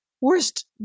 Worst